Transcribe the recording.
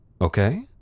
Okay